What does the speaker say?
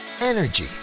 Energy